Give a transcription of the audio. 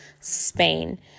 spain